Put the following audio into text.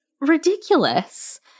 ridiculous